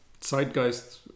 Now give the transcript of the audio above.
Zeitgeist